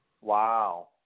Wow